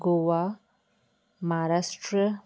Goa Maharashtra